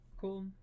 Cool